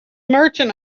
merchant